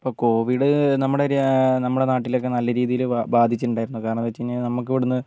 ഇപ്പോൾ കോവിഡ് നമ്മുടെ രാ നമ്മുടെ നാട്ടിലൊക്കെ നല്ല രീതിയിൽ ബാ ബാധിച്ചിട്ടുണ്ടായിരുന്നു കാരണം എന്ന് വെച്ചുകഴിഞ്ഞാൽ നമുക്ക് ഇവിടുന്ന്